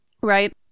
right